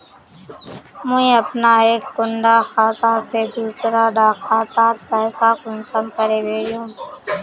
मुई अपना एक कुंडा खाता से दूसरा डा खातात पैसा कुंसम करे भेजुम?